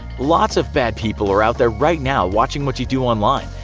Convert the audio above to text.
lots of bad people are out there right now watching what you do online,